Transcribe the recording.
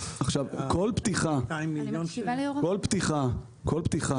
עזבו את התיאוריה את התיאוריה